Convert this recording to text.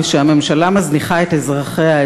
כשהממשלה מזניחה את אזרחיה,